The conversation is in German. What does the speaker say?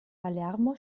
palermo